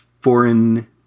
foreign